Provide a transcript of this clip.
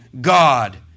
God